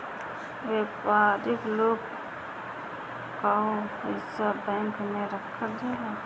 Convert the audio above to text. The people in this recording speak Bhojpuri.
व्यापारिक लोग कअ पईसा भी बैंक में रखल जाला